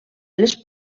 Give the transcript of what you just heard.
les